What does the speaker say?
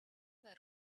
were